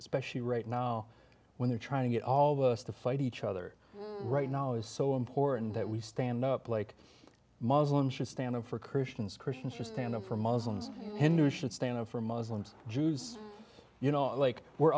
especially right now when they're trying to get all of us to fight each other right now is so important that we stand up like muslims should stand up for christians christians should stand up for muslims hindus should stand up for muslims jews you know like we're